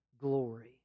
glory